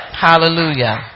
Hallelujah